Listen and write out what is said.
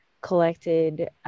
collected